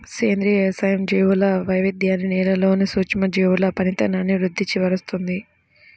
సేంద్రియ వ్యవసాయం జీవుల వైవిధ్యాన్ని, నేలలోని సూక్ష్మజీవుల పనితనాన్ని వృద్ది పరుస్తుంది